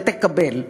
ותקבל.